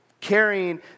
carrying